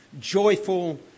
joyful